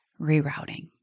rerouting